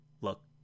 look